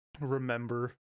remember